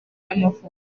y’amavuko